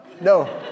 No